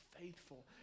faithful